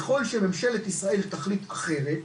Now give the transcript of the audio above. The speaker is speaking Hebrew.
ככל שממשלת ישראל תחליט אחרת,